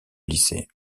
lycée